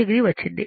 2o వచ్చింది